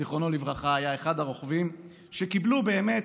זיכרונו לברכה, היה אחד הרוכבים, שקיבלו, באמת,